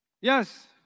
Yes